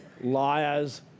Liars